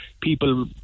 people